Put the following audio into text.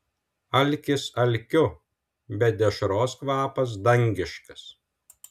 alkis alkiu bet dešros kvapas dangiškas